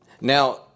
Now